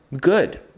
good